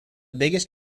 biggest